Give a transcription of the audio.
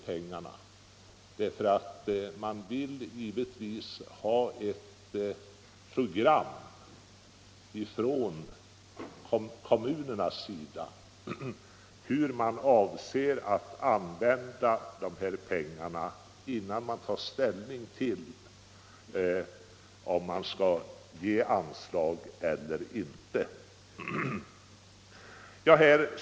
Statsmakterna vill givetvis från kommunerna få en plan över hur man avser att använda pengarna innan de tar ställning till om anslag skall ges eller ej.